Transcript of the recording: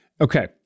Okay